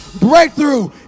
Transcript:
breakthrough